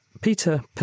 peter